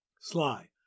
Sly